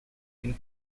been